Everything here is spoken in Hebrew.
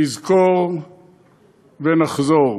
נזכור ונחזור.